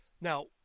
Now